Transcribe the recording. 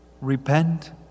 Repent